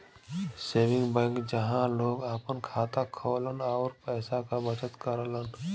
saving bank जहां लोग आपन खाता खोलन आउर पैसा क बचत करलन